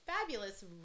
fabulous